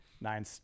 nine